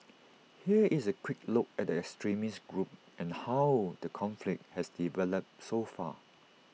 here is A quick look at the extremist group and how the conflict has developed so far